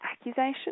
accusation